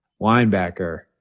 linebacker